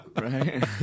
Right